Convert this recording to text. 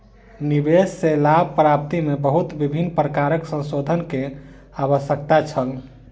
निवेश सॅ लाभ प्राप्ति में बहुत विभिन्न प्रकारक संशोधन के आवश्यकता छल